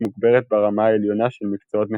מוגברת ברמה העליונה של מקצועות נחשבים.